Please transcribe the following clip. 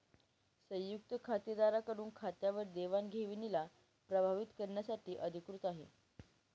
संयुक्त खातेदारा कडून खात्यावर देवाणघेवणीला प्रभावीत करण्यासाठी अधिकृत आहे